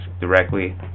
directly